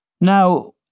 Now